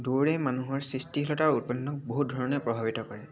দৌৰে মানুহৰ সৃষ্টিশীলতাৰ উৎপন্ন বহুত ধৰণে প্ৰভাৱিত কৰে